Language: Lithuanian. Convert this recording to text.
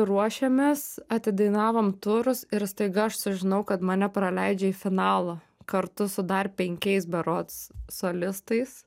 ruošiamės atidainavom turus ir staiga aš sužinau kad mane praleidžia į finalą kartu su dar penkiais berods solistais